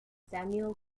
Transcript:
samuel